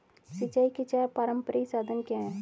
सिंचाई के चार पारंपरिक साधन क्या हैं?